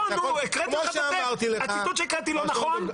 לא, נו, הציטוט שהקראתי לא נכון?